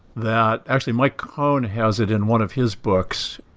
that actually mike cohn has it in one of his books.